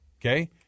Okay